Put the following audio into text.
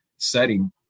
setting